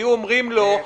אם היו אומרים לו,